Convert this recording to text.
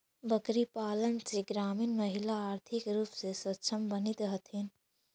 बकरीपालन से ग्रामीण महिला आर्थिक रूप से सक्षम बनित हथीन